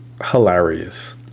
hilarious